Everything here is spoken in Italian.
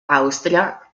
austria